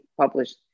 published